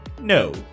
no